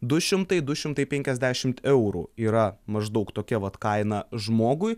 du šimtai du šimtai penkiasdešimt eurų yra maždaug tokia vat kaina žmogui